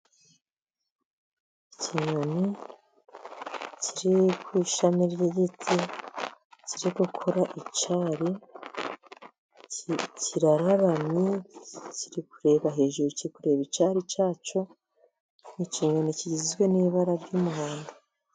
Ikinyoni kiri ku ishami ry'igiti kiri gukora icyari, kirararamye kiri kureba hejuru kiri kureba icyari cyacyo. Ni ikinyoni kigizwe n'ibara ry'umuhondo.